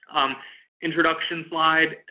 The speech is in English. um introduction slide,